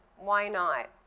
why not?